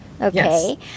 Okay